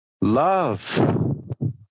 Love